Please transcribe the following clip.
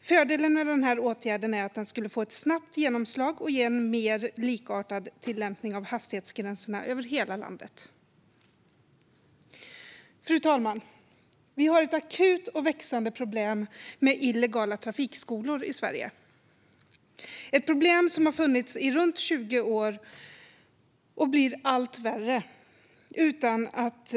Fördelen med en sådan åtgärd är att den skulle få ett snabbt genomslag och ge en mer likartad tillämpning av hastighetsgränserna över hela landet. Fru talman! I Sverige finns ett akut och växande problem med illegala trafikskolor. Det är ett problem som har funnits i runt 20 års tid, och det blir allt värre, utan att